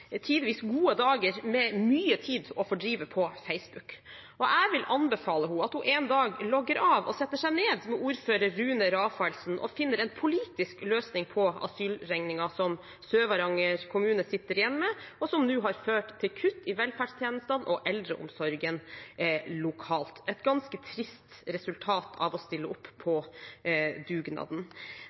gode dager med mye tid å fordrive på Facebook. Jeg vil anbefale henne at hun en dag logger av og setter seg ned med ordfører Rune Rafaelsen og finner en politisk løsning på asylregningen som Sør-Varanger kommune sitter igjen med, og som nå har ført til kutt i velferdstjenester og eldreomsorg lokalt – et ganske trist resultat av å stille opp på dugnaden.